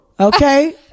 okay